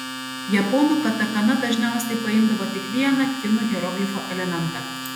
japonų katakana dažniausiai paimdavo tik vieną kinų hieroglifo elementą